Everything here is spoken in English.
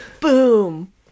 boom